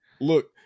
Look